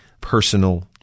Personal